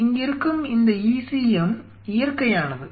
இங்கிருக்கும் இந்த ECM இயற்கையானது